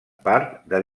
part